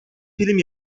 film